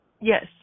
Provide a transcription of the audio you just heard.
Yes